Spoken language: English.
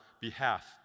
behalf